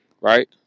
right